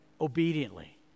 obediently